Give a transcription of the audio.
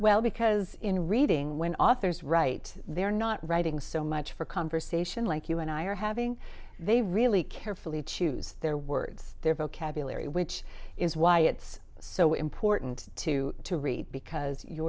well because in reading when authors write they're not writing so much for conversation like you and i are having they really carefully choose their words their vocabulary which is why it's so important to to read because you